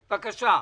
יחיאל.